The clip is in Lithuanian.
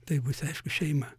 taip bus aišku šeima